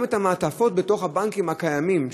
גם את המעטפות בתוך הבנקים הקיימים,